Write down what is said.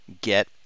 get